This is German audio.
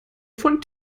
von